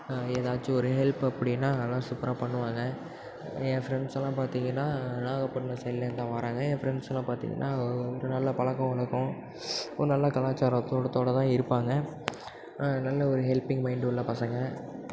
ஏதாச்சும் ஒரு ஹெல்ப் அப்படினால் நல்லா சூப்பராக பண்ணுவாங்க என் ஃப்ரெண்ட்ஸெலாம் பார்த்தீங்கனா நாகப்பட்டினம் சைடிலேருந்து தான் வராங்க என் ஃப்ரெண்ட்ஸெலாம் பார்த்தீங்கனா ரொம்ப நல்ல பழக்க வழக்கம் ரொம்ப நல்ல கலாச்சாரத்தோடு தான் இருப்பாங்க நல்ல ஒரு ஹெல்பிங் மையின்டு உள்ள பசங்கள்